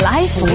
Life